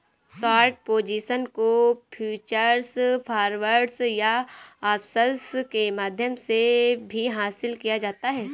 short position को futures, forwards या options के माध्यम से भी हासिल किया जाता है